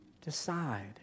decide